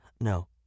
No